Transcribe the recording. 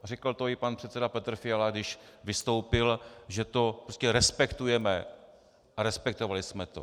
Řekl to i pan předseda Petr Fiala, když vystoupil, že to prostě respektujeme a respektovali jsme to.